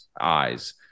eyes